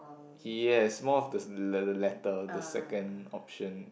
yes more of the l~ l~ latter the second option